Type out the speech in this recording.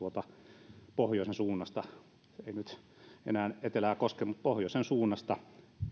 huolenaihe tuolta pohjoisen suunnasta ei nyt enää etelää koske mutta pohjoisen suunnasta